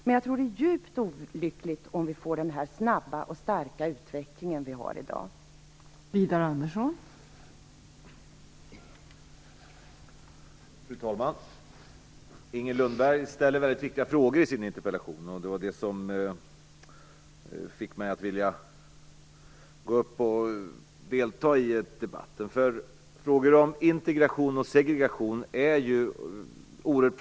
Men jag tror att det är djupt olyckligt om den snabba och starka utveckling som vi har i dag får fortsätta.